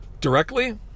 directly